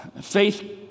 faith